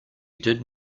did